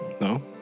No